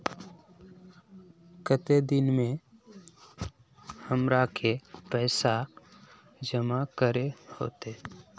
केते दिन में हमरा के पैसा जमा करे होते?